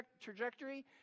trajectory